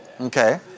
Okay